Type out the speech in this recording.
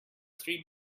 three